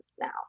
now